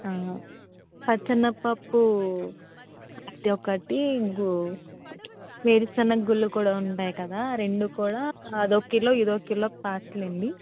పచ్చెన్నపప్పు అదొకటి గు వేరిసెనగుళ్ళు కూడా ఉంటాయి కదా రెండు కూడా అదో కిలో ఇదో కిలో పార్సల్ అండి